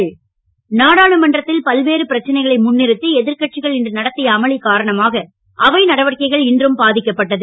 நாடாளுமன்றம் நாடாளுமன்றத்தில் பல்வேறு பிரச்சனைகளை முன்நிறுத்தி எதிர்கட்சிகள் இன்று நடத்திய அமளி காரணமாக அவை நடவடிக்கைகள் இன்றும் பாதிக்கப்பட்டது